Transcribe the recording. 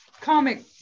comic